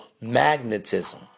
magnetism